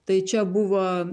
tai čia buvo